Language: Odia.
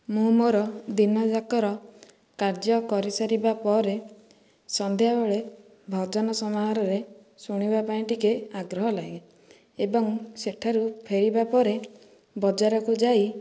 ମୁଁ ମୋର ଦିନଯାକର କାର୍ଯ୍ୟ କରିସାରିବାପରେ ସନ୍ଧ୍ୟାବେଳେ ଭଜନ ସମାହରରେ ଶୁଣିବାପାଇଁ ଟିକିଏ ଆଗ୍ରହ ଲାଗେ ଏବଂ ସେଠାରୁ ଫେରିବାପରେ ବଜାରକୁ ଯାଇ